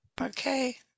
Okay